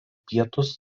pietus